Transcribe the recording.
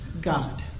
God